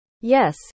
Yes